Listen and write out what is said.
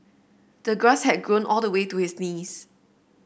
the grass had grown all the way to his knees